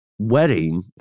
wedding